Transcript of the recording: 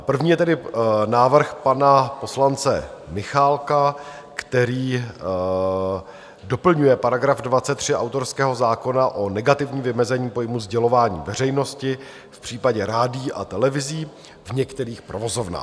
První je tedy návrh pana poslance Michálka, který doplňuje § 23 autorského zákona o negativní vymezení pojmu sdělování veřejnosti v případě rádií a televizí v některých provozovnách.